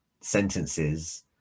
sentences